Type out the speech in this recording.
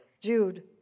Jude